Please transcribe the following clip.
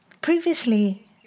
Previously